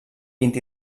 vint